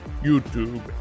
YouTube